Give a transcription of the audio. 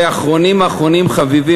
ואחרונים חביבים,